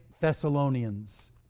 Thessalonians